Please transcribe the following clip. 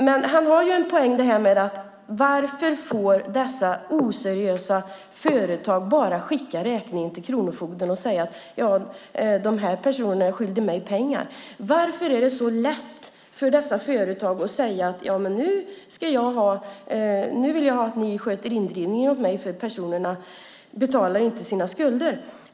Men han har en poäng i frågan: Varför får dessa oseriösa företag bara skicka räkningen till Kronofogden och säga att personer är skyldiga dem pengar? Varför är det så lätt för dessa företag att säga "nu vill jag att ni sköter indrivningen åt mig, för de här personerna betalar inte sina skulder"?